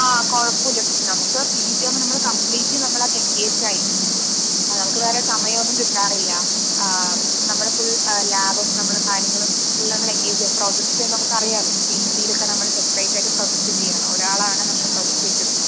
ആ കുഴപ്പം ഇല്ല നമുക്ക് പിജി ആകുമ്പം നമ്മൾ കംപ്ലീറ്റ്ലി നമ്മളത് എൻഗേജ്ഡ് ആയിരിക്കും ആ നമുക്ക് വേറെ സമയം ഒന്നും കിട്ടാറില്ല നമ്മൾ ഫുൾ ലാബും നമ്മടെ കാര്യങ്ങളും ഫുൾ നമ്മൾ എൻഗേജ് പ്രോജക്റ്റ് നമുക്ക് അറിയാമല്ലോ പിജിയിൽ ഒക്കെ നമ്മൾ സെപ്പറേറ്റ് ആയിട്ട് പ്രോജക്റ്റ് ചെയ്യാണ് ഒരാളാണ് നമ്മടെ പ്രോജക്റ്റ് ഏറ്റെടുക്കുക